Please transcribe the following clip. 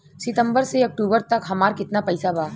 सितंबर से अक्टूबर तक हमार कितना पैसा बा?